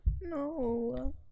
No